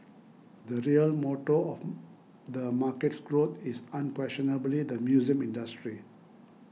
the real motor of the market's growth is unquestionably the museum industry